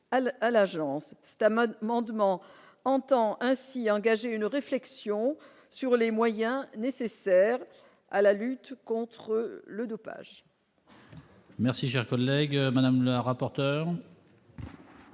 l'à l'agence Damon Mandement entend ainsi engager une réflexion sur les moyens nécessaires à la lutte contre le dopage.